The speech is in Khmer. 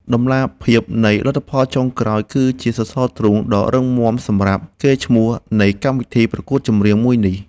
តម្លាភាពនៃលទ្ធផលចុងក្រោយគឺជាសរសរទ្រូងដ៏រឹងមាំសម្រាប់កេរ្តិ៍ឈ្មោះនៃកម្មវិធីប្រកួតចម្រៀងមួយនេះ។